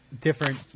different